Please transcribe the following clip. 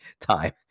time